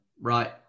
Right